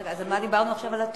אז על מה דיברנו עכשיו, התוספת?